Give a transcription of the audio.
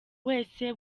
wese